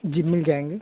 جی مل جائیں گی